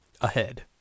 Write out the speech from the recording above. Ahead